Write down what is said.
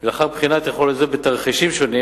ולאחר בחינת יכולת זו בתרחישים שונים,